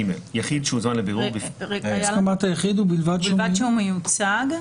רגע, היה לנו בלבד שהוא מיוצג.